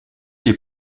les